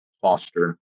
foster